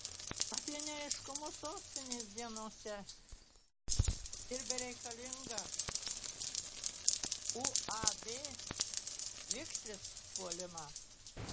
apie neaiškumus sostinės dienose ir bereikalingą uab vikšris puolimą